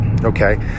okay